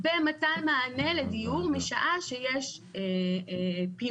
במתן מענה לדיור משעה שיש פינוי.